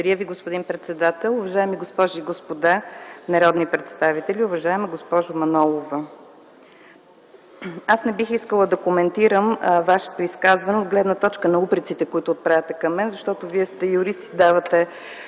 Благодаря Ви, господин председател. Уважаеми госпожи и господа народни представители, уважаема госпожо Манолова! Аз не бих искала да коментирам Вашето изказване от гледна точка на упреците, които отправяте към мен, защото Вие сте юрист и си давате